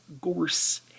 gorse